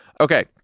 Okay